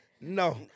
no